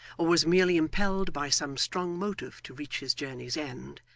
or was merely impelled by some strong motive to reach his journey's end,